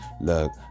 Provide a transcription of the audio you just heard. Look